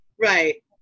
Right